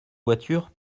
voitures